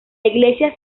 iglesia